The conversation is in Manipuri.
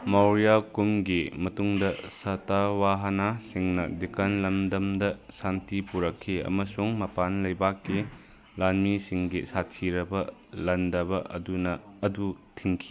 ꯃꯧꯔꯤꯌꯥ ꯀꯨꯝꯒꯤ ꯃꯇꯨꯡꯗ ꯁꯇꯥꯋꯥꯍꯅꯥ ꯁꯤꯡꯅ ꯗꯦꯛꯀꯥꯟ ꯂꯝꯗꯝꯗ ꯁꯥꯟꯇꯤ ꯄꯨꯔꯛꯈꯤ ꯑꯃꯁꯨꯡ ꯃꯄꯥꯟ ꯂꯩꯕꯥꯛꯀꯤ ꯂꯥꯟꯃꯤꯁꯤꯡꯒꯤ ꯁꯥꯊꯤꯔꯕ ꯂꯥꯟꯗꯥꯕ ꯑꯗꯨꯅ ꯑꯗꯨ ꯊꯤꯡꯈꯤ